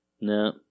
No